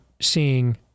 seeing